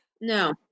no